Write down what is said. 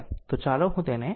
તો ચાલો હું તેને સમજાવું